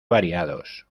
variados